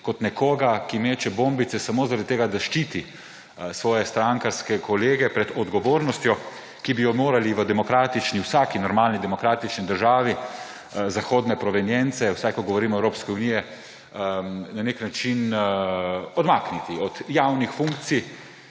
kot nekoga, ki meče bombice samo zaradi tega, da ščiti svoje strankarske kolege pred odgovornostjo, ki bi jo morali v vsaki normalni demokratični državi zahodne provenience, vsaj ko govorimo o Evropski uniji, vsaj na nek način odmakniti od javnih funkcij